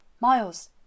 Miles